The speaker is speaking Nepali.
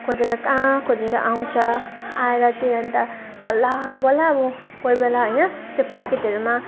खोजेर कहाँ खोजेर आउँछ आएर चाहिँ अन्त बल्ल बल्ल अब कोई बेला होइन त्यो प्याकेटहरूमा